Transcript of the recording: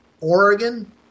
Oregon